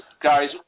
guys